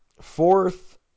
Fourth